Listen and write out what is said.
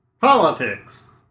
Politics